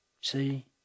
See